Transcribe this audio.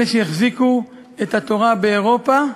אלה שהחזיקו את התורה באירופה,